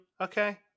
Okay